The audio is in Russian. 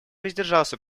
воздержался